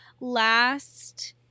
last